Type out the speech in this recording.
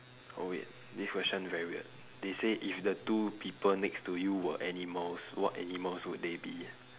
oh wait this question very weird they say if the two people next to you were animals what animals would they be